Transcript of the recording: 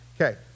Okay